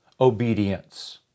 obedience